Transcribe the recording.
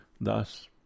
Thus